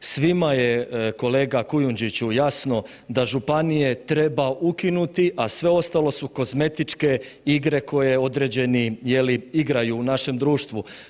Svima je kolega Kujundžiću jasno da županije treba ukinuti, a sve ostalo su kozmetičke igre koje određeni, je li, igraju u našem društvu.